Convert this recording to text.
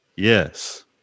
Yes